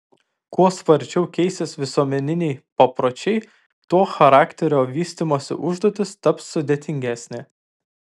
kuo sparčiau keisis visuomeniniai papročiai tuo charakterio vystymo užduotis taps sudėtingesnė